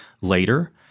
later